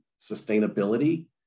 sustainability